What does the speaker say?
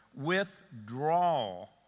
withdrawal